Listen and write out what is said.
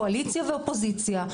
קואליציה ואופוזיציה,